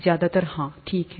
ज्यादातर हाँ ठीक है